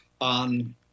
on